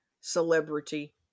celebrity